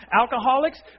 Alcoholics